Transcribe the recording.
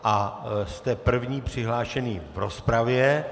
A jste první přihlášený v rozpravě.